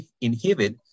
inhibit